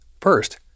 First